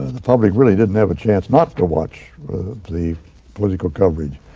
the public really didn't have a chance not to watch the political coverage,